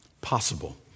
possible